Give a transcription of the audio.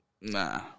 nah